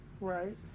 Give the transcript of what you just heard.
Right